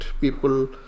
people